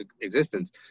existence